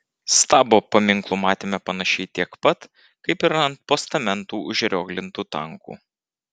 stabo paminklų matėme panašiai tiek pat kaip ir ant postamentų užrioglintų tankų